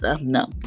no